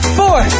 four